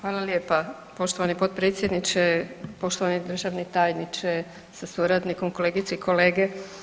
Hvala lijepa poštovani potpredsjedniče, poštovani državni tajniče sa suradnikom, kolegice i kolege.